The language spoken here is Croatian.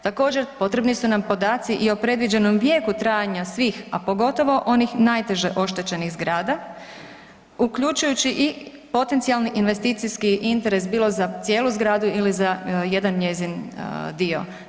Također, potrebni su nam podaci i o predviđenom vijeku trajanja svih a pogotovo onih najteže oštećenih zgrada, uključujući i potencijalni investicijski interes bilo za cijelu zgradu ili za jedan njezin dio.